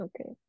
Okay